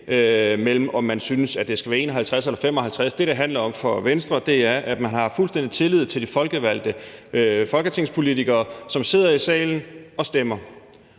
mellem, om det er 51 eller 75 pct. Det, det handler om for Venstre, er, at man har fuldstændig tillid til de folkevalgte, altså folketingspolitikerne, som sidder i salen og stemmer.